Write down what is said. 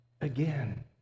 again